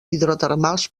hidrotermals